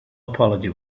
apology